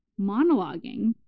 monologuing